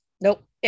Nope